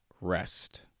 rest